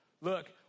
Look